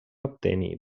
obtenir